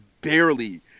barely